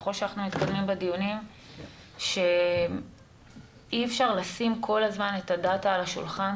ככל שאנחנו מתקדמים בדיונים שאי אפשר לשים כל הזמן את הדאטה על השולחן,